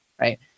right